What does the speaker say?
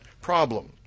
problem